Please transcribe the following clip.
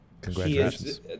congratulations